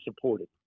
supported